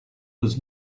was